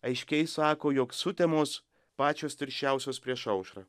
aiškiai sako jog sutemos pačios tirščiausios prieš aušrą